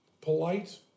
polite